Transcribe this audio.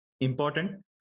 important